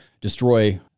destroy